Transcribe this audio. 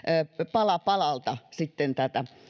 pala palalta tätä